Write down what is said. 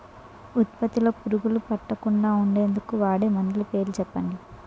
ఉత్పత్తి లొ పురుగులు పట్టకుండా ఉండేందుకు వాడే మందులు పేర్లు చెప్పండీ?